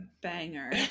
banger